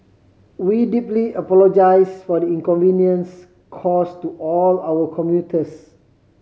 we deeply apologise for the inconvenience caused to all our commuters